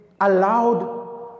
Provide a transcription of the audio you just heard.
allowed